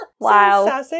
Wow